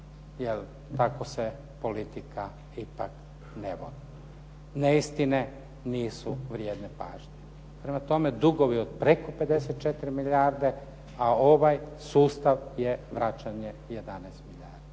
jer tako se politika ipak ne vodi. Neistine nisu vrijedne pažnje. Prema tome, dugovi od preko 54 milijarde a ovaj sustav je vraćanje 11 milijardi.